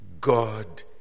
God